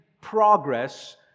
progress